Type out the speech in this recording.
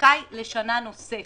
כזכאי לשנה נוספת.